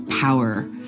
power